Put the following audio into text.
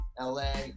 LA